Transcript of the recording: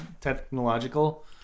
technological